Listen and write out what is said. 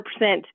100%